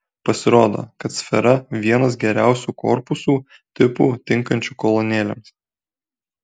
pasirodo kad sfera vienas geriausių korpusų tipų tinkančių kolonėlėms